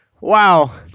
wow